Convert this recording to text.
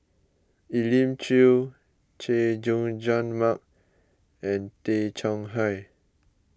Elim Chew Chay Jung Jun Mark and Tay Chong Hai